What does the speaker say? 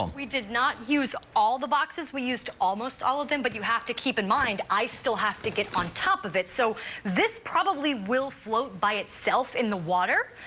we did not use all the boxes, we used almost all of them but you have to keep in mind, i still have to get on top of it. so this probably will float by itself in the water.